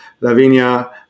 Lavinia